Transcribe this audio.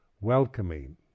welcoming